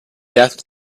death